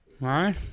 right